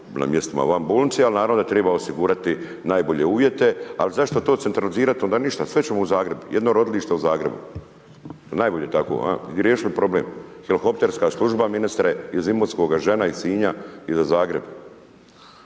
na mjestima van bolnice, ali naravno da treba osigurati najbolje uvjete, ali zašto to centralizirati? Onda ništa. Sve ćemo u Zagreb, jedino rodilište u Zagrebu. Najbolje tako i riješili smo problem. Helikopterska služba ministre, iz Imotskoga, žena iz Sinja i za Zagreb.